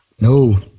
No